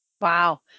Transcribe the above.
Wow